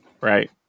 right